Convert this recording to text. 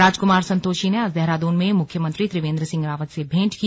राजकुमार संतोषी ने आज देहरादून में मुख्यमंत्री त्रिवेंद्र सिंह रावत से भेंट की